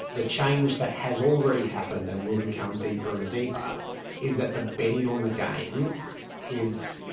the change that has already happened and will become deeper and deeper is that the betting on the game is,